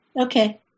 Okay